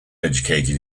educated